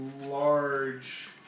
large